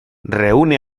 reúne